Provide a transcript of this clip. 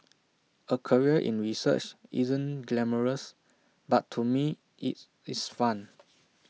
A career in research isn't glamorous but to me it's it's fun